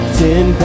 ten